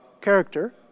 character